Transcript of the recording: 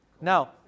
Now